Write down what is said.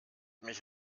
mich